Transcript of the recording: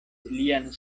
lian